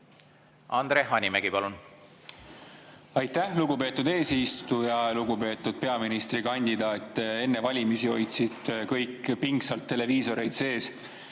Andre Hanimägi, palun! Aitäh, lugupeetud eesistuja! Lugupeetud peaministrikandidaat! Enne valimisi hoidsid kõik pingsalt televiisoreid sees